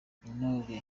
intore